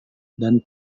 dan